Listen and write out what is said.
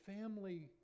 family